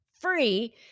free